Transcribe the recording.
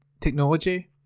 technology